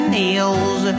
nails